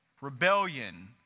Rebellion